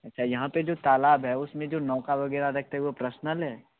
अच्छा यहाँ पर जो तालाब है उसमें जो नौका वगैरह रखते हैं वो प्रसनल है